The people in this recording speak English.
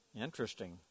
Interesting